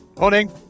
Morning